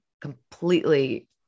completely